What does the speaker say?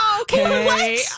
Okay